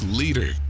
leader